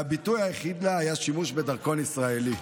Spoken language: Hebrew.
והביטוי היחיד לה היה שימוש בדרכון ישראלי.